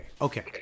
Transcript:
Okay